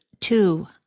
two